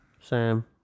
Sam